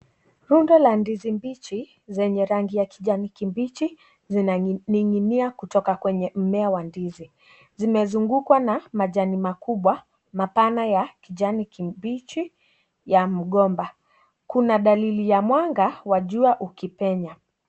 Rundo la ndizi mbichi zenye rangi ya kijani kibichi zinaninginia kutoka kwenye mmea wa ndizi. Zimezungukwa na majani makubwa mapana ya kijani kibichi ya mgomba. Kuna dalili ya mwanga wa jua ukipenya.